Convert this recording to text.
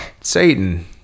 Satan